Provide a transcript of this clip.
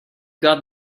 got